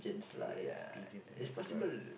yes pigeons !oh-my-God!